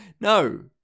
No